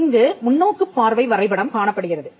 இங்கு முன்னோக்குப் பார்வை வரைபடம் காணப்படுகிறது